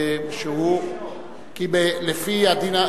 כי לפי הדין,